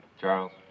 Charles